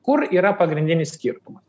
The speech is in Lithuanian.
kur yra pagrindinis skirtumas